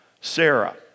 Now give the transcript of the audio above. Sarah